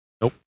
Nope